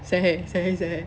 谁谁谁